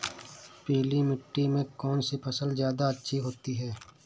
पीली मिट्टी में कौन सी फसल ज्यादा अच्छी होती है?